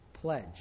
pledge